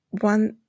one